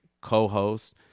co-host